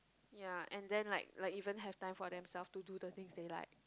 yea and then like like even have time for themselves to do the things they like